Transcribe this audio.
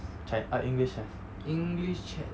chi~ err english chess